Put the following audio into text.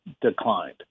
declined